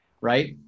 Right